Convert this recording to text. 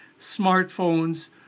smartphones